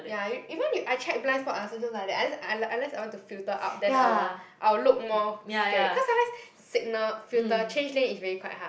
ya even if I check blind spot I also just like that unless un~ unless I want to filter out then I will I will look more scary cause sometimes signal filter change lane is really quite hard